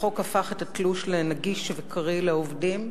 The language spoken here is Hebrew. החוק הפך את התלוש לנגיש וקריא לעובדים,